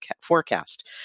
forecast